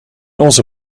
onze